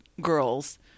girls